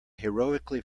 heroically